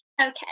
Okay